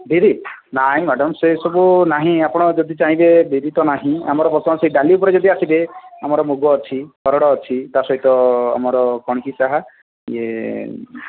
ବିରି ନାଇଁ ମ୍ୟାଡାମ ସେ ସବୁ ନାହିଁ ଆପଣ ଯଦି ଚାହିଁବେ ବିରି ତ ନାହିଁ ଆମର ଯଦି ବର୍ତ୍ତମାନ ସେ ଡାଲି ଉପରେ ଯଦି ଆସିବେ ଆମର ମୁଗ ଅଛି ହରଡ଼ ଅଛି ତା ସହିତ ଆମର କଣ କି ତାହା ୟେ